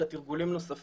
אלא גם תרגולים נוספים,